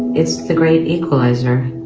it's the great equalizer